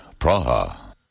Praha